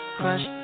crush